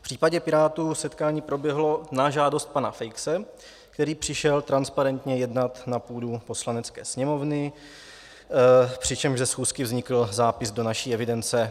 V případě Pirátů setkání proběhlo na žádost pana Feixe, který přišel transparentně jednat na půdu Poslanecké sněmovny, přičemž ze schůzky vznikl zápis do naší evidence.